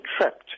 trapped